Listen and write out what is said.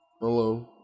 Hello